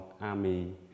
army